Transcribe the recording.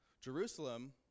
Jerusalem